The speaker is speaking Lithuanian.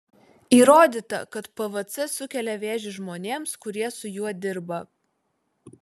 įrodyta kad pvc sukelia vėžį žmonėms kurie su juo dirba